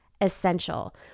essential